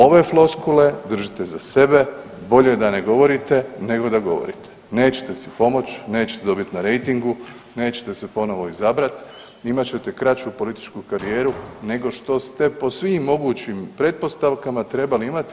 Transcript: Ove floskule držite za sebe, bolje da ne govorite nego da govorite, nećete si pomoć, nećete dobiti na rejtingu, nećete se ponovo izabrat, imat ćete kraću političku karijeru nego što ste po svim mogućim pretpostavkama trebali imati.